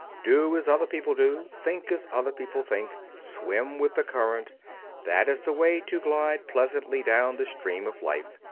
do as other people do, think as other people think, swim with the current that is the way to glide pleasantly down the stream of life.